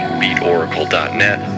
beatoracle.net